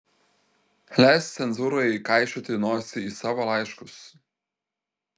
leisk cenzūrai kaišioti nosį į savo laiškus